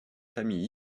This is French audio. famille